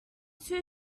too